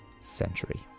century